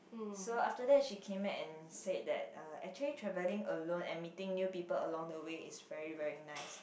so after that she came back and said that uh actually travelling alone and meeting new people along the way is very very nice